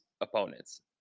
opponents